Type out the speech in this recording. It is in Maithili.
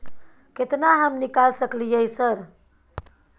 केतना हम निकाल सकलियै सर?